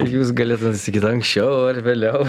jūs galėtumėt sakyt anksčiau ar vėliau